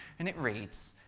and it reads,